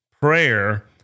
prayer